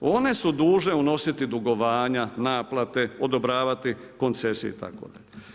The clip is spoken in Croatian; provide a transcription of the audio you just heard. One su dužne unositi dugovanja, naplate, odobravati koncesije itd.